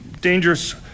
dangerous